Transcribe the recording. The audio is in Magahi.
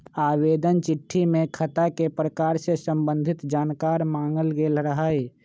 आवेदन चिट्ठी में खता के प्रकार से संबंधित जानकार माङल गेल रहइ